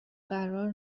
قرار